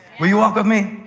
will you walk with me?